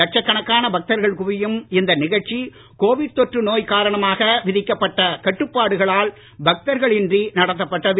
லட்சக்கணக்கான பக்தர்கள் குவியும் இந்த நிகழ்ச்சி கோவிட் தொற்று நோய் காரணமாக விதிக்கப்பட்ட கட்டுப்பாடுகளால் பக்தர்கள் இன்றி நடத்தப்பட்டது